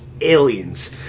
aliens